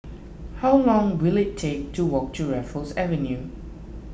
how long will it take to walk to Raffles Avenue